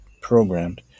programmed